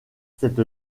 cette